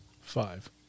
five